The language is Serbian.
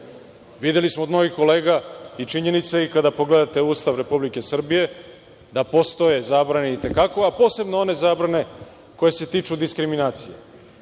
Videli smo od mojih kolega i činjenica je kada pogledate Ustav Republike Srbije da postoje zabrane i te kako, a posebno one zabrane koje se tiču diskriminacije. Mi